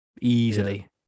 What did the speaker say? easily